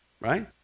right